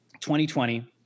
2020